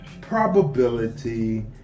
Probability